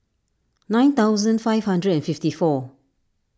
nine thousand five hundred and fifty four